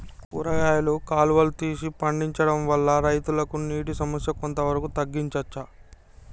కూరగాయలు కాలువలు తీసి పండించడం వల్ల రైతులకు నీటి సమస్య కొంత వరకు తగ్గించచ్చా?